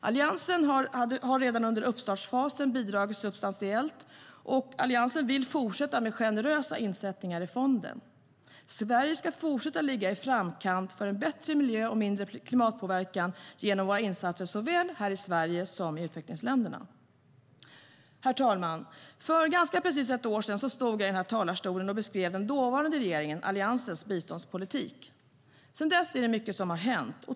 Alliansen har redan under uppstartsfasen bidragit substantiellt, och vi vill fortsätta med generösa insättningar i fonden. Sverige ska fortsätta att ligga i framkant för bättre miljö och minskad klimatpåverkan genom våra insatser såväl här i Sverige som i utvecklingsländerna. Herr talman! För ganska precis ett år sedan stod jag i den här talarstolen och beskrev den dåvarande regeringens, Alliansens, biståndspolitik. Sedan dess har mycket hänt.